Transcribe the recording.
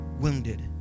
wounded